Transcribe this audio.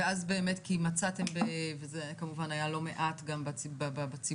כי מצאתם וזה כמובן היה לא מעט גם בציבור,